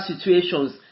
situations